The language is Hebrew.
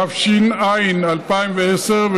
התש"ע 2010,